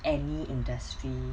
any industry